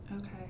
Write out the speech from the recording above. Okay